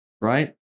right